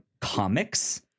comics